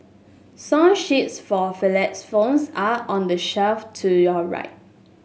song sheets for xylophones are on the shelf to your right